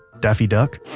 daffy duck